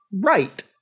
Right